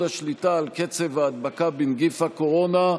השליטה על קצב ההדבקה בנגיף הקורונה.